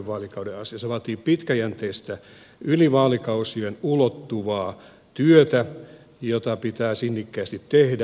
se vaatii pitkäjänteistä yli vaalikausien ulottuvaa työtä jota pitää sinnikkäästi tehdä